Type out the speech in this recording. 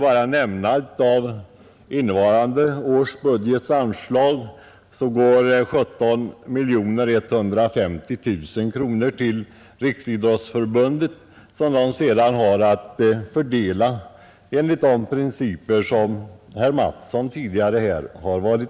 Av innevarande budgets anslag går 17 150 000 kronor till Riksidrottsförbundet, en summa som detta sedan har att fördela enligt de principer som herr Mattsson tidigare redogjort för.